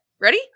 Ready